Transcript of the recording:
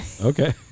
Okay